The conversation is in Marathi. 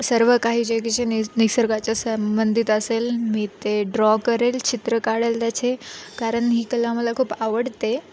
सर्व काही जगीचे नि निसर्गाच्या संबंंधित असेल मी ते ड्रॉ करेल चित्र काढेल त्याचे कारण ही कला मला खूप आवडते